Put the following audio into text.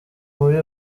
muri